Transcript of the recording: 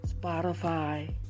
Spotify